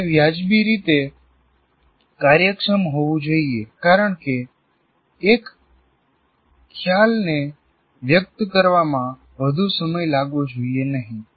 તે વ્યાજબી રીતે કાર્યક્ષમ હોવું જોઈએ કારણ કે એક ખ્યાલને વ્યક્ત કરવામાં વધુ સમય લાગવો જોઈએ નહીં